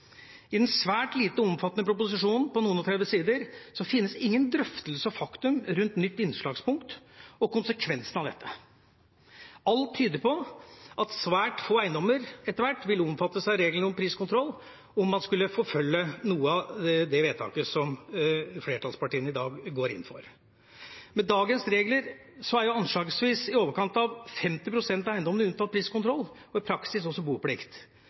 I den svært lite omfattende proposisjonen på noen og 30 sider finnes ingen drøftelse av faktum rundt nytt innslagspunkt og konsekvensene av dette. Alt tyder på at svært få eiendommer etter hvert vil omfattes av reglene om priskontroll, om man skulle forfølge noe av det vedtaket som flertallspartiene i dag går inn for. Med dagens regler er anslagsvis i overkant av 50 pst. av eiendommene unntatt priskontroll og i praksis også boplikt.